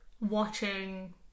watching